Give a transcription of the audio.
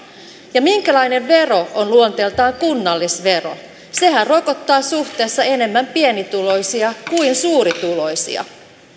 ja minkälainen vero on luonteeltaan kunnallisvero sehän rokottaa suhteessa enemmän pienituloisia kuin suurituloisia